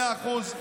מאה אחוז.